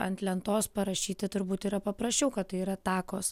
ant lentos parašyti turbūt yra paprasčiau kad tai yra takos